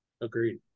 Agreed